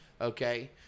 okay